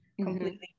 completely